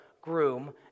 groom